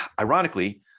ironically